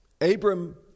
Abram